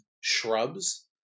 shrubs